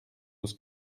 was